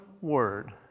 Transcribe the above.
word